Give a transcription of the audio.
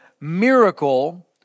miracle